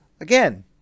Again